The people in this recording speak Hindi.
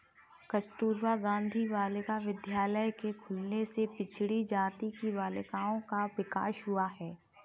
कस्तूरबा गाँधी बालिका विद्यालय के खुलने से पिछड़ी जाति की बालिकाओं का विकास हुआ है